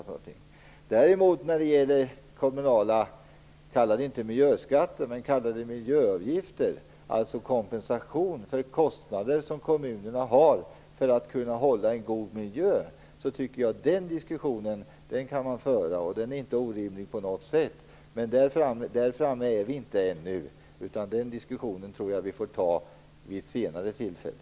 När det däremot gäller kommunala miljöavgifter, jag vill inte kalla dem för miljöskatter - alltså kompensation för kostnader som kommunerna har för att kunna hålla en god miljö - tycker jag att en diskussion kan föras. Det är inte på något sätt orimligt. Där är vi dock inte ännu, utan den diskussionen tror jag att vi får ta vid ett senare tillfälle.